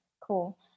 cool